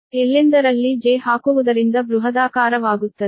ಎಲ್ಲೆಂದರಲ್ಲಿ 'j' ಹಾಕುವುದರಿಂದ ಬೃಹದಾಕಾರವಾಗುತ್ತದೆ